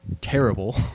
terrible